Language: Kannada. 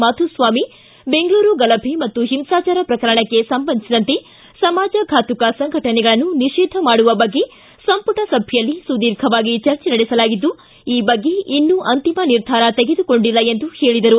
ಮಾಧುಸ್ವಾಮಿ ಬೆಂಗಳೂರು ಗಲಭೆ ಮತ್ತು ಹಿಂಸಾಚಾರ ಪ್ರಕರಣಕ್ಕೆ ಸಂಬಂಧಿಸಿದಂತೆ ಸಮಾಜಘಾತುಕ ಸಂಘಟನೆಗಳನ್ನು ನಿಷೇಧ ಮಾಡುವ ಬಗ್ಗೆ ಸಂಮಟ ಸಭೆಯಲ್ಲಿ ಸುದೀರ್ಘವಾಗಿ ಚರ್ಚೆ ನಡೆಸಲಾಗಿದ್ದು ಈ ಬಗ್ಗೆ ಇನ್ನೂ ಅಂತಿಮ ನಿರ್ಧಾರ ತೆಗೆದುಕೊಂಡಿಲ್ಲ ಎಂದು ಪೇಳಿದರು